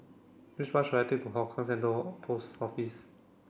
which bus should I take to Hougang Central of Post Office